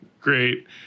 Great